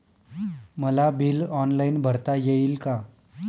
मला bill online भरता येईल का?